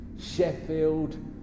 Sheffield